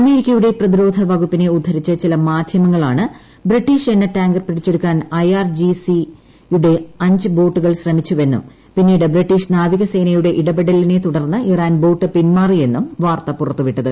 അമേരിക്കയുടെ പ്രതിരോധ വിക്കുപ്പിനെ ഉദ്ധരിച്ചു ചില മാധ്യമങ്ങളാണ് ബ്രിട്ടീഷ്ട് എണ്ണ ടാങ്കർ പിടിച്ചെടുക്കാൻ ഐആർജിസിയുടെ അഞ്ച് ബോട്ടുകൾ ശ്രമിച്ചുവെന്നും പിന്നീട് ബ്രിട്ടീഷ് നാവികസേനിയുടെ ഇടപെടലിനെ തുടർന്ന് ഇറാൻ ബോട്ട് പിൻമാറിയെന്നും വാർത്ത പുറത്തുവിട്ടത്